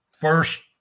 first